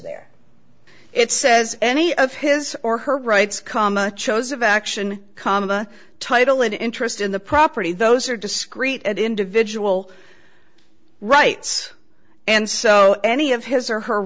there it says any of his or her rights come a chose of action comma title and interest in the property those are discrete and individual rights and so any of his or her